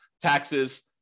taxes